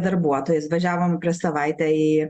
darbuotojais važiavom prieš savaitę į